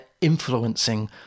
influencing